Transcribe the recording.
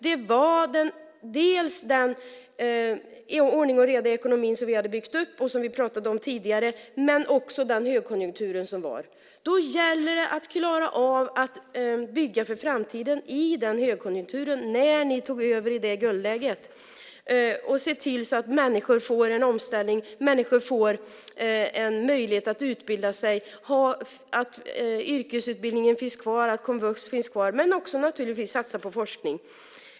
Vi byggde upp en ordning och reda i ekonomin, som vi pratade om tidigare, men det var också en högkonjunktur. Då gällde det för er när ni tog över i det guldläget att i den högkonjunkturen klara av att bygga för framtiden. Ni skulle se till att det blev en omställning för människor, en möjlighet att utbilda sig, att yrkesutbildningen fanns kvar, att komvux fanns kvar, men ni skulle naturligtvis satsa på forskning.